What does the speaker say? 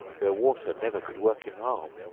where water never could work him harm,